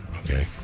Okay